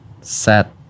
set